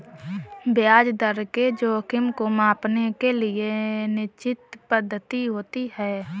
ब्याज दर के जोखिम को मांपने के लिए निश्चित पद्धति होती है